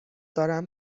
دارم